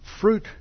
fruit